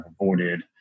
avoided